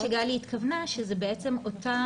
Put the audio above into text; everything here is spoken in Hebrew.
אני מניחה שגלי התכוונה שזו בעצם אותה